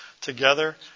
together